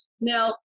Now